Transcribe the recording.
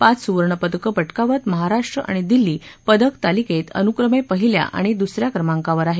पाच सुवर्णपदकं पटकावत महाराष्ट्र आणि दिल्ली पदक तालिकेत पहिल्या आणि दुस या क्रमांकावर आहेत